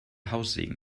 haussegen